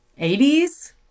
80s